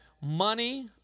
money